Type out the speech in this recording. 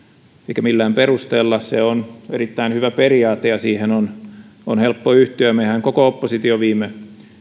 eikä millään perusteella se on erittäin hyvä periaate ja siihen on on helppo yhtyä mehän koko oppositio viime